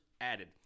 added